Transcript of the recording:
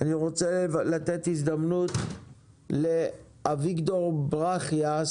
אני רוצה לתת הזדמנות לאביגדור ברכיה,